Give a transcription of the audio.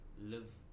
live